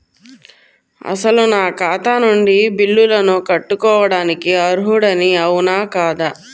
అసలు నా ఖాతా నుండి బిల్లులను కట్టుకోవటానికి అర్హుడని అవునా కాదా?